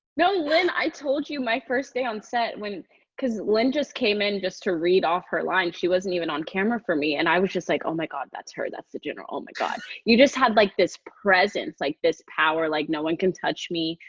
no. lyne, i told you my first day on set when because lyne just came in just to read off her lines. she wasn't even on camera for me. and i was just like, oh my god. that's her. that's the general. oh my god. you just had like this presence. like this power. like, no one can touch me.